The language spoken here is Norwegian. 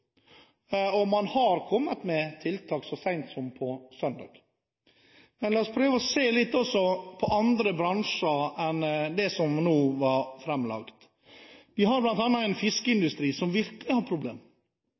Man har kommet med tiltak, så sent som på søndag. Men la oss prøve å se litt på andre bransjer enn det som nå ble lagt fram. Vi har bl.a. en